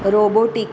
robotics